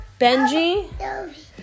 Benji